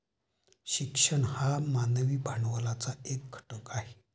शिक्षण हा मानवी भांडवलाचा एक घटक आहे